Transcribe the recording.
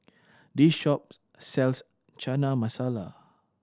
this shop sells Chana Masala